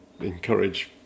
encourage